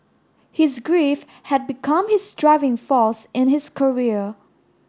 his grief had become his driving force in his career